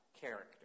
character